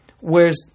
Whereas